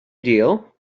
deal